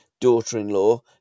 daughter-in-law